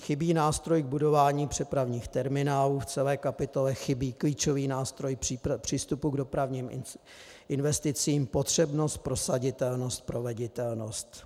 Chybí nástroj k budování přepravních terminálů, v celé kapitole chybí klíčový nástroj přístupu k dopravním investicím, potřebnost, prosaditelnost, proveditelnost.